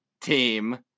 team